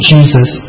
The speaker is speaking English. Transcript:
Jesus